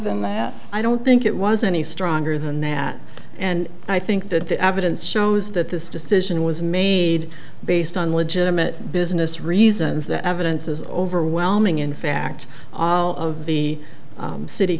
than that i don't think it was any stronger than that and i think that the evidence shows that this decision was made based on legitimate business reasons the evidence is overwhelming in fact of the city